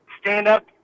stand-up